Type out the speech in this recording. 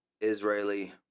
Israeli